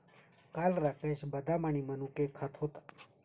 काल राकेश बदाम आणि मनुके खात होता